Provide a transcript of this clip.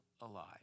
alive